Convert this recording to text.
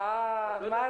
אה, מרגי.